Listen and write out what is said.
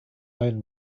own